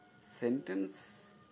Sentence